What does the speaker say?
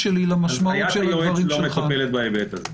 -- -הנחיית היועץ לא מטפלת בנושא הזה.